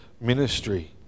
ministry